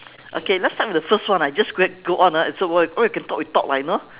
okay let's start with the first one ah just qui~ go on ah and so what we can talk we talk lah you know